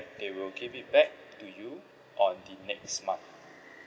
they will give it back to you on the next month